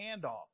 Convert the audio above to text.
handoff